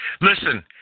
Listen